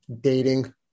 Dating